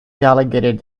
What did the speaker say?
delegated